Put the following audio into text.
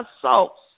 assaults